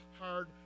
hard